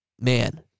man